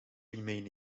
remained